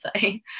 say